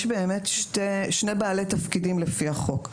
יש שני בעלי תפקידים לפי החוק.